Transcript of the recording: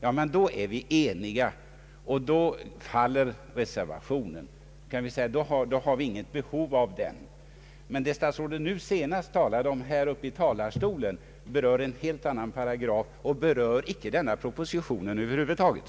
I så fall är vi eniga, och då finns det inte något behov av reservationen. Den fråga som statsrådet berörde i sitt senaste anförande gäller en helt annan paragraf — den har över huvud taget icke med denna proposition att göra.